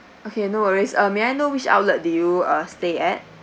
okay no worries uh may I know which outlet did you uh stayed at